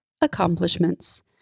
accomplishments